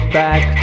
back